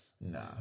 nah